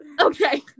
Okay